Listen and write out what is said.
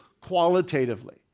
qualitatively